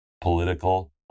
political